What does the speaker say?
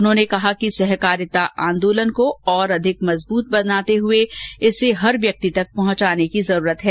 उन्होंने कहा कि सहकारिता आंदोलन को और अधिक मजबूत बनाते हुए इसे हर व्यक्ति तक पहुंचाने की जरूरत है